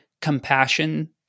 compassion